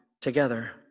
together